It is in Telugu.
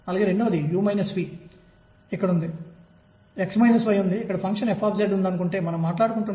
L అవుతుంది మరియు క్వాంటం నిబంధన ప్రకారం అది n h కు సమానంగా ఉండాలి